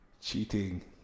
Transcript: cheating